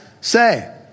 say